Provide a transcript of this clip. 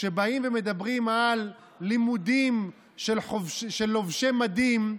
כשבאים ומדברים על לימודים של לובשי מדים,